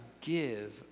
give